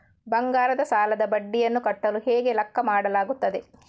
ಬಂಗಾರದ ಸಾಲದ ಬಡ್ಡಿಯನ್ನು ಕಟ್ಟಲು ಹೇಗೆ ಲೆಕ್ಕ ಮಾಡಲಾಗುತ್ತದೆ?